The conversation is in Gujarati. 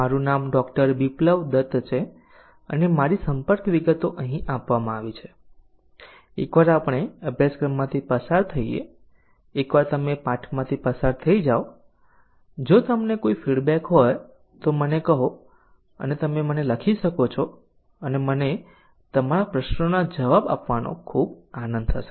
મારું નામ ડૉ બિપ્લબ દત્ત છે અને મારી સંપર્ક વિગતો અહીં આપવામાં આવી છે એકવાર આપણે અભ્યાસક્રમમાંથી પસાર થઈએ એકવાર તમે પાઠમાંથી પસાર થઈ જાઓ જો તમને કોઈ ફીડબેક હોય તો મને કહો તો તમે મને લખી શકો છો અને મને તમારા પ્રશ્નો જવાબ આપવાનો ખૂબ આનંદ થશે